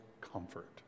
comfort